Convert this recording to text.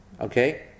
Okay